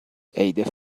عید